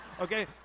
Okay